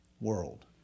world